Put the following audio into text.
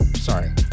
Sorry